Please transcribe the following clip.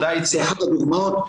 זו אחת הדוגמאות,